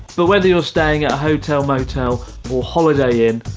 but whether you're staying at a hotel motel or holiday in,